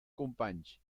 companys